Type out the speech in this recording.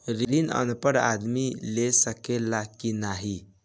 ऋण अनपढ़ आदमी ले सके ला की नाहीं?